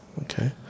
Okay